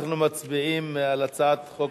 אנחנו מצביעים על הצעת החוק